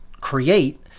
create